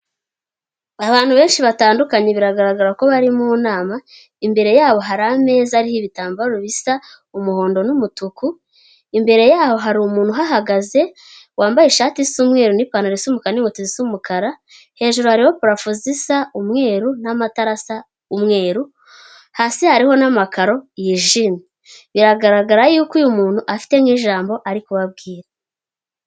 Abantu benshi batandukanye biragaragara ko bari mu nama, imbere yabo hari ameza ariho ibitambaro bisa umuhondo n'umutuku. Imbere yabo hari umuntu uhagaze wambaye ishati y'umweru n'ipantaro isa umukara, n'inkweto zisa umukara, hejuru hariho parafo zisa umweru n'amatarasa umweru, hasi hariho n'amakaro yijimye biragaragara yuko uyu muntu afite n'ijambo ari kubabwira.